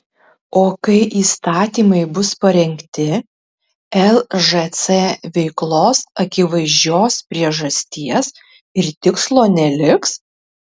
o kai įstatymai bus parengti lžc veiklos akivaizdžios priežasties ir tikslo neliks